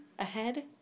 ahead